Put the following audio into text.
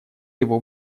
его